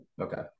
Okay